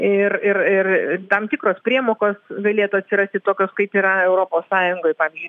ir ir ir tam tikros priemokos galėtų atsirasti tokios kaip yra europos sąjungoj pavyzdžiui